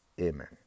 Amen